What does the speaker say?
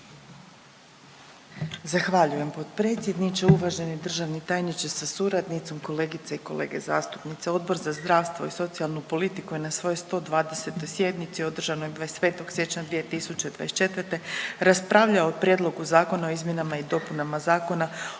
Zahvaljujem predsjedniče. Uvaženi državni tajniče sa suradnicom, uvažene kolegice i kolege zastupnici. Odbor za zdravstvo i socijalnu politiku je na svojoj 120. sjednici održanoj 25. siječnja 2024. raspravljao o Konačnom prijedlogu zakona o izmjenama i dopunama Zakona